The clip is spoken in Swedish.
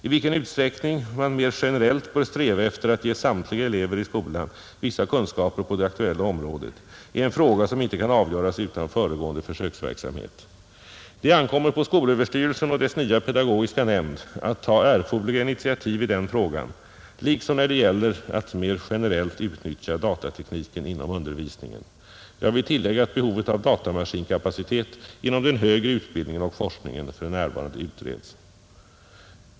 I vilken utsträckning man mer generellt bör sträva efter att ge samtliga elever i skolan vissa kunskaper på det aktuella området är en fråga som inte kan avgöras utan föregående försöksverksamhet. Det ankommer på skolöverstyrelsen och dess nya pedagogiska nämnd att ta erforderliga initiativ i den frågan liksom när det gäller att mer generellt utnyttja datatekniken inom undervisningen. Jag vill tillägga att behovet av datamaskinkapacitet inom den högre utbildningen och forskningen för närvarande utreds.